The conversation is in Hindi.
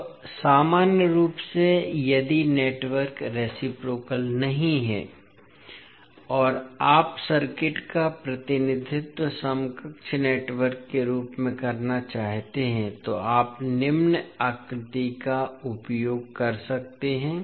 अब सामान्य रूप से यदि नेटवर्क रेसिप्रोकल नहीं है और आप सर्किट का प्रतिनिधित्व समकक्ष नेटवर्क के रूप में करना चाहते हैं तो आप निम्न आकृति का उपयोग कर सकते हैं